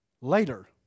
Later